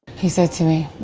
he said to me,